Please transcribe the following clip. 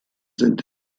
sind